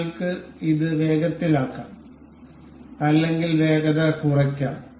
നിങ്ങൾക്ക് ഇത് വേഗത്തിലാക്കാം അല്ലെങ്കിൽ വേഗത കുറയ്ക്കാം